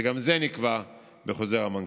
שגם היא נקבעת בחוזר המנכ"ל.